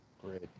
great